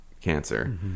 cancer